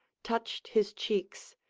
touched his cheeks,